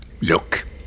Look